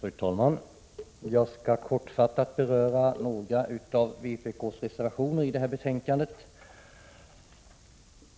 Fru talman! Jag skall kortfattat beröra några av vpk:s reservationer till detta betänkande.